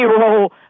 role